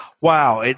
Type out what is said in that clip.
Wow